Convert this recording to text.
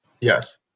Yes